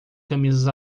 camisas